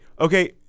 Okay